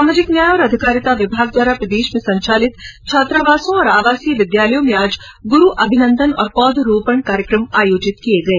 सामाजिक न्याय और अधिकारिता विभाग द्वारा प्रदेश में संचालित छात्रावासों और आवासीय विद्यालयों में आज ग़्रू अभिनन्दन और पोध रोपण कार्यक्रम आयोजित किये गये